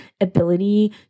ability